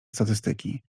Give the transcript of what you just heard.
statystyki